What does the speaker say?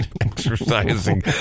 exercising